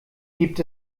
gibt